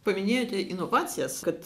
paminėjote inovacijas kad